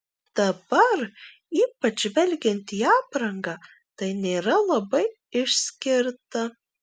dabar ypač žvelgiant į aprangą tai nėra labai išskirta